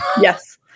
Yes